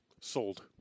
sold